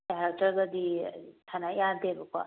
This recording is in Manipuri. ꯌꯥꯔꯛꯇ꯭ꯔꯒꯗꯤ ꯁꯥꯟꯅꯕ ꯌꯥꯗꯦꯕꯀꯣ